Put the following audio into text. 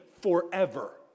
forever